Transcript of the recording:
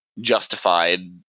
justified